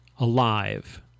Alive